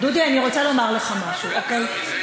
דודי, אני רוצה לומר לך משהו, אוקיי?